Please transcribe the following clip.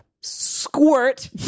squirt